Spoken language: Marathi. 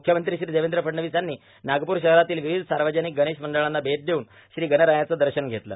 मुख्यमंत्री श्री देवद्र फडणवीस यांनी नागपूर शहरातील र्वर्ववध सावर्जानक गणेश मंडळांना भेट देऊन श्रीगणरायाचं दशन घेतलं